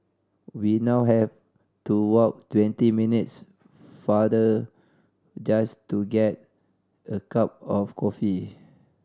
we now have to walk twenty minutes farther just to get a cup of coffee